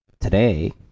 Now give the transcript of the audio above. today